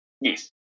yes